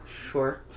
Sure